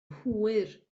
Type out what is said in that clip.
hwyr